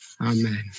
Amen